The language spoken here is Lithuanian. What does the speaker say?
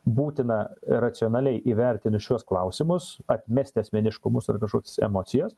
būtina racionaliai įvertinus šiuos klausimus atmesti asmeniškumus ar kažkokias emocijas